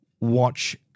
watch